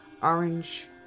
orange